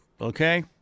Okay